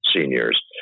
seniors